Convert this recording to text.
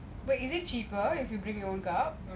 is it that disposable cup and then bring